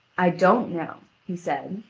i don't know, he said,